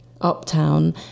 uptown